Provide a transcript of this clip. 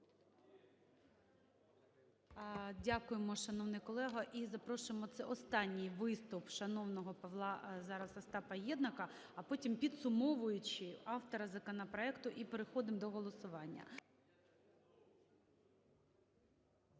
Дякуємо, шановний колего. І запрошуємо, це останній виступ, шановного Павла… зараз Остапа Єднака, а потім, підсумовуючи, автора законопроекту, і переходимо до голосування.